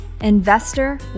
investor